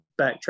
backtrack